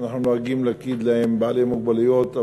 אנחנו נוהגים לקרוא להם בעלי מוגבלויות,